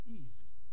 easy